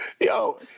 Yo